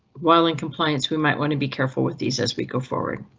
while in compliance we might want to be careful with these as we go forward.